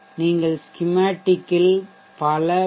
நீங்கள் ஸ்கிமேட்டிக் இல் பல பி